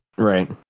Right